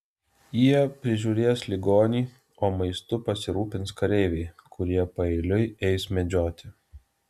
jie prižiūrės ligonį o maistu pasirūpins kareiviai kurie paeiliui eis medžioti